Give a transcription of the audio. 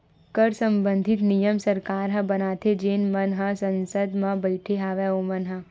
कर संबंधित नियम सरकार ह बनाथे जेन मन ह संसद म बइठे हवय ओमन ह